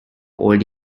old